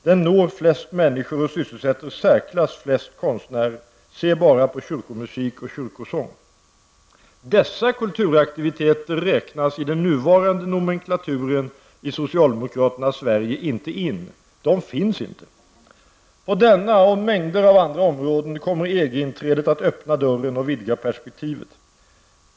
Den når flest människor och sysselsätter i särklass flest konstnärer. Se bara på kyrkomusiken och kyrkosången! Dessa kulturaktiviteter räknas inte in i den nuvarande nomenklaturen i socialdemokraternas Sverige. De finns inte! På denna och mängder av andra områden kommer EG-inträdet att öppna dörren ocn vidga perspektivet.